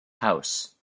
house